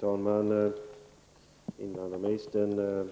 Fru talman! Invandrarministern